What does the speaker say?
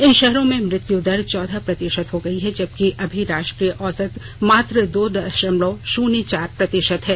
इन शहरों में मृत्यु दर चौदह प्रतिशत हो गयी है जबकि अभी राष्ट्रीय औसत मात्र दो दशमलव शून्य चार प्रतिशत है